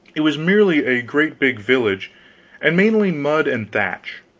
it was merely a great big village and mainly mud and thatch.